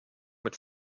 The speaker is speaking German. mit